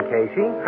Casey